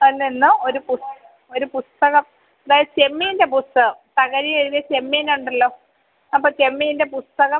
അല്ലല്ലോ ഒരു ഒരു പുസ്തകം ദേ ചെമ്മീൻ്റെ പുസ്തകം തകഴി എഴുതിയ ചെമ്മീൻ ഉണ്ടല്ലോ അപ്പോൾ ചെമ്മീൻ്റെ പുസ്തകം